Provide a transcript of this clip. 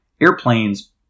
airplanes